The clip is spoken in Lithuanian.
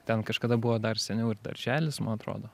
ten kažkada buvo dar seniau ir darželis man atrodo